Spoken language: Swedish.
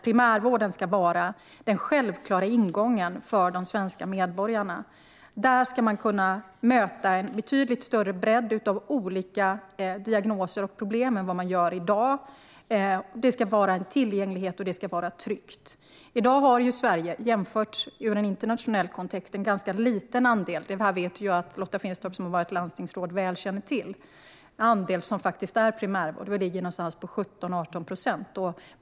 Primärvården ska vara den självklara ingången för de svenska medborgarna. Här ska man kunna hantera en betydligt större bredd av diagnoser och problem än vad man gör i dag, och det ska vara tillgängligt och tryggt. I en internationell jämförelse har Sverige en ganska liten andel primärvård. Detta vet Lotta Finstorp, som har varit landstingsråd. Vi ligger på 17-18 procent.